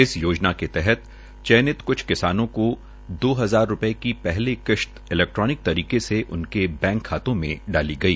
इस योजनाके तहत चयनित कुछ किसानों को दो हजार रूपये की पहली किश्त इलैक्ट्रोनिक तरीके से उनके बैंक खातों में डाली गई